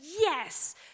yes